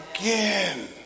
again